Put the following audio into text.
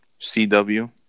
CW